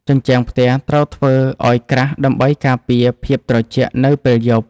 ជញ្ជាំងផ្ទះត្រូវធ្វើឱ្យក្រាស់ដើម្បីការពារភាពត្រជាក់នៅពេលយប់។